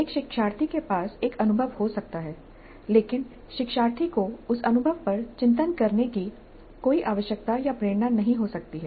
एक शिक्षार्थी के पास एक अनुभव हो सकता है लेकिन शिक्षार्थी को उस अनुभव पर चिंतन करने की कोई आवश्यकता या प्रेरणा नहीं हो सकती है